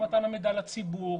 מתן מידע לציבור,